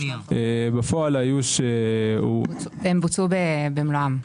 הן בוצעו במלואן.